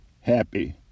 happy